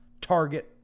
Target